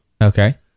Okay